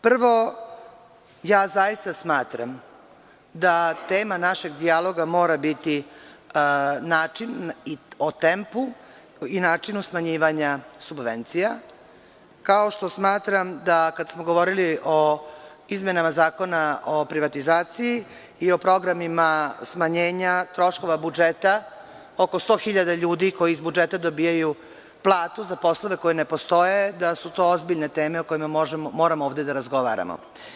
Prvo, zaista smatram da tema našeg dijaloga mora biti o načinu tempa i načinu smanjivanja subvencija, kao što smatra da kad smo govorili o izmenama Zakona o privatizaciji i o programima smanjenja troškova budžeta, oko 100.000 ljudi koji iz budžeta dobijaju platu za poslove koji ne postoje, da su to ozbiljne teme o kojima moramo ovde da razgovaramo.